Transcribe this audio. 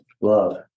Love